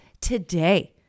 Today